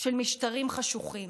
של משטרים חשוכים.